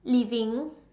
living